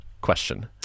question